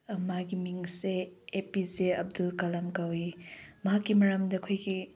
ꯃꯥꯒꯤ ꯃꯤꯡꯁꯦ A P J Abdul Kalam ꯀꯧꯏ ꯃꯍꯥꯛꯀꯤ ꯃꯔꯝꯗ ꯑꯩꯈꯣꯏꯒꯤ